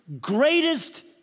greatest